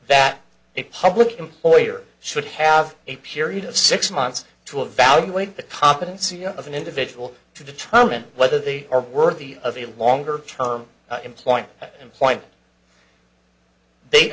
that a public employer should have a period of six months to evaluate the competency of an individual to determine whether they are worthy of a longer term employment and point they